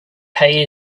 pay